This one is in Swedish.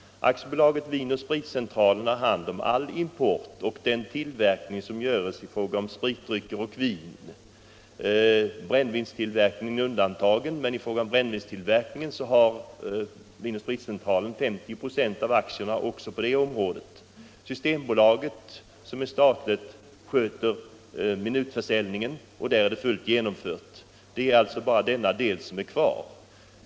Vin & Spritcentralen AB har hand om all import och all tillverkning av spritdrycker och vin, brännvinstillverkning undantagen. Men också där har Vin & Spritcentralen AB 50 96 av aktierna. Systembolaget, som är statligt, sköter minutförsäljningen. Det är alltså bara öltillverkningen som återstår.